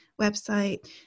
website